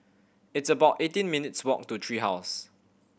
it's about eighteen minutes' walk to Tree House